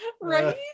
Right